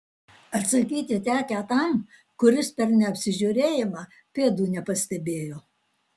atsakyti tekę tam kiuris per neapsižiūrėjimą pėdų nepastebėjo